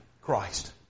Christ